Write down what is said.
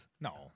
No